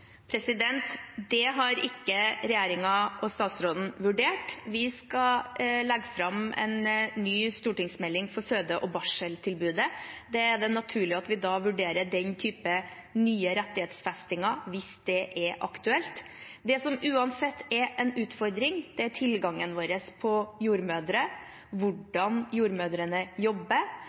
Det har ikke regjeringen og statsråden vurdert. Vi skal legge fram en ny stortingsmelding for føde- og barseltilbudet. Der er det naturlig at vi da vurderer den type nye rettighetsfestinger, hvis det er aktuelt. Det som uansett er en utfordring, er tilgangen vår på jordmødre, hvordan jordmødrene jobber,